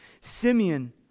Simeon